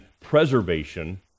preservation